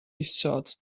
isod